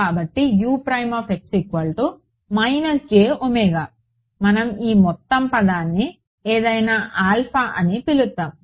కాబట్టి మనం ఈ మొత్తం పదాన్ని ఏదైనా అని పిలుద్దాం